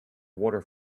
water